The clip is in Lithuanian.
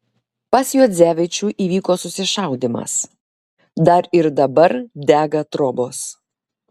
pas juodzevičių įvyko susišaudymas dar ir dabar dega trobos